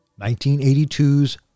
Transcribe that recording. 1982's